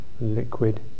liquid